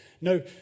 no